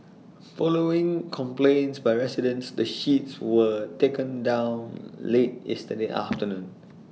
following complaints by residents the sheets were taken down late yesterday afternoon